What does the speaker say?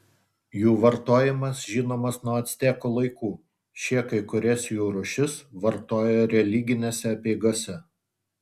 jų vartojimas žinomas nuo actekų laikų šie kai kurias jų rūšis vartojo religinėse apeigose